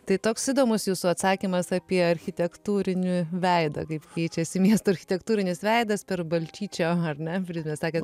tai toks įdomus jūsų atsakymas apie architektūrinį veidą kaip keičiasi miesto architektūrinis veidas per balčyčio ar ne prizmę sakėt